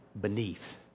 beneath